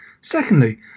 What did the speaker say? Secondly